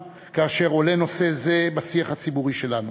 כאשר עולה נושא זה בשיח הציבורי שלנו,